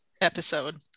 episode